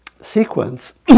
sequence